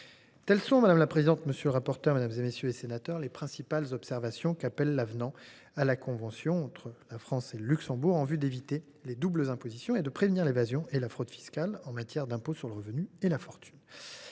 Telles sont, madame la présidente, monsieur le rapporteur, mesdames, messieurs les sénateurs, les principales observations qu’appelle l’avenant à la convention entre la France et le Luxembourg en vue d’éviter les doubles impositions et de prévenir l’évasion et la fraude fiscales en matière d’impôts sur le revenu et la fortune,